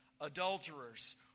adulterers